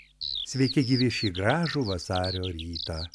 sveiki gyvi šį gražų vasario rytą